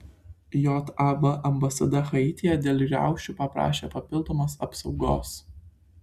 jav ambasada haityje dėl riaušių paprašė papildomos apsaugos